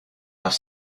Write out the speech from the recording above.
have